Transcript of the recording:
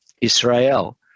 Israel